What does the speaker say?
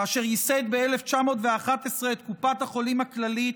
כאשר ברל ייסד ב-1911 את קופת החולים הכללית,